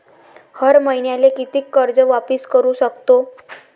हर मईन्याले कितीक कर्ज वापिस करू सकतो?